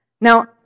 Now